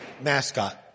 mascot